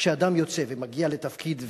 כשאדם יוצא ומגיע לתפקיד,